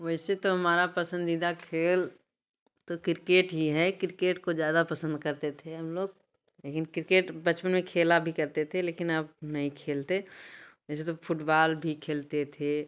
वैसे तो हमारा पसंदीदा खेल तो क्रिकेट ही है क्रिकेट को ज़्यादा पसंद करते थे हम लोग लेकिन क्रिकेट बचपन में खेला भी करते थे लेकिन अब नहीं खेलते वैसे तो फूटबाल भी खेलते थे